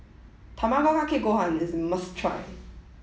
Tamago Kake Gohan is a must try